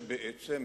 בעצם,